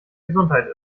gesundheit